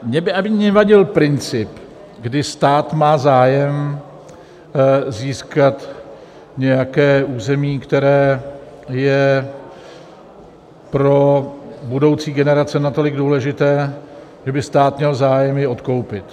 Mně by nevadil princip, kdy stát má zájem získat nějaké území, které je pro budoucí generace natolik důležité, že by stát měl zájem je odkoupit.